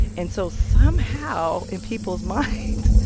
and so somehow, in people's minds,